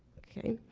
ok.